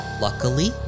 Luckily